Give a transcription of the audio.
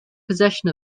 possession